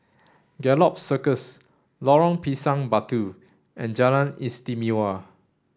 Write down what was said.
Gallop Circus Lorong Pisang Batu and Jalan Istimewa